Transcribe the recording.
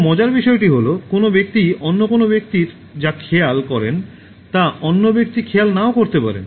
তবে মজার বিষয়টি হল কোনও ব্যক্তি অন্য কোন ব্যক্তির যা খেয়াল করেন তা অন্য কোনও ব্যক্তি খেয়াল নাও করতে পারেন